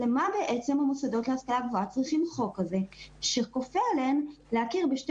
למה בעצם המוסדות להשכלה גבוהה צריכים חוק שכופה עליהם להכיר בשתי